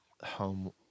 home